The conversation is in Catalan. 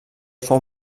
fou